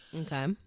Okay